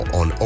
on